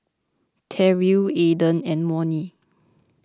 Terrill Aaden and Monnie